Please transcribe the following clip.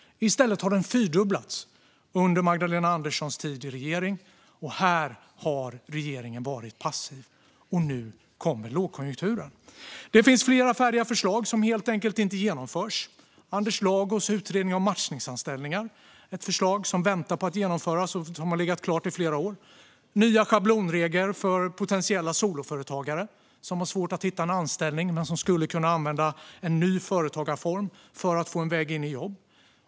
I stället har den fyrdubblats under Magdalena Anderssons tid i regeringen. Och här har regeringen varit passiv, och nu kommer lågkonjunkturen. Det finns flera färdiga förslag som helt enkelt inte genomförs. Det gäller Anders Lagos utredning om matchningsanställningar. Det är ett förslag som väntar på att genomföras och som har legat klart i flera år. Det gäller nya schablonregler för potentiella soloföretagare som har svårt att hitta en anställning men som skulle kunna använda en ny företagarform för att få en väg in i jobb.